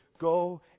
go